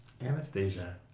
Anastasia